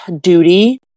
duty